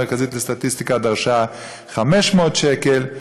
הלשכה המרכזית לסטטיסטיקה דרשה 500 שקל.